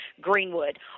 Greenwood